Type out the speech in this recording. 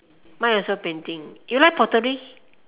mine also painting you like pottery